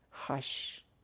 hush